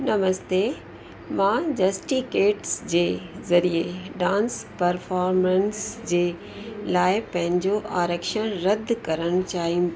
नमस्ते मां जस्टीकेट्स जे ज़रिए डांस परफॉर्मेंस जे लाइ पंहिंजो आरक्षण रद्द करण चाहिनि